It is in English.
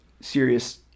serious